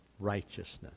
righteousness